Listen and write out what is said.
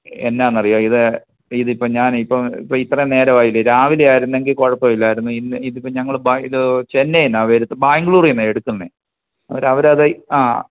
എന്നാന്നറിയോ ഇത് ഇതിപ്പോൾ ഞാനിപ്പോൾ ഇപ്പം ഇത്രേം നേരവായില്ലേ രാവിലെ ആയിരുന്നെങ്കിൽ കുഴപ്പവില്ലായിരുന്നു ഇന്ന് ഇതിപ്പോൾ ഞങ്ങൾ ഇപ്പം ഇത് ചെന്നൈന്നാണ് വരുത്ത് ബാംഗ്ളൂരിന്നാണ് എടുക്കുന്നത് അവർ അവരത് ആ